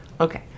Okay